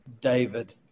David